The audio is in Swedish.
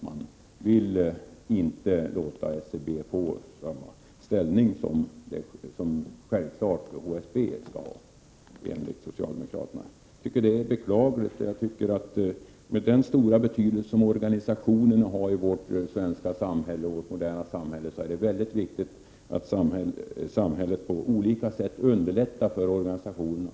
Man vill inte låta SBC få samma ställning som HSB enligt socialdemokraterna självfallet skall ha. Jag tycker att det är beklagligt. Med den stora betydelse organisationerna har i vårt moderna svenska samhälle är det viktigt att samhället på olika sätt underlättar för organisationerna.